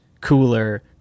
cooler